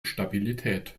stabilität